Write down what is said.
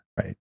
Right